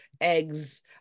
eggs